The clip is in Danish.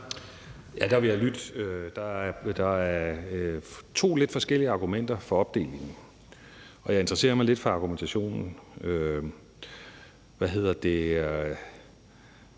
der er to lidt forskellige argumenter for opdelingen, og jeg interesserer mig lidt for argumentationen.